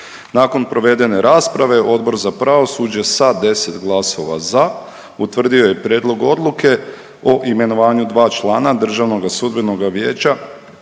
Nakon provedene rasprave Odbor za pravosuđe sa 10 glasova za utvrdio je prijedlog odluke o imenovanju dva člana DSV-a iz reda